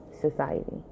society